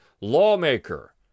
lawmaker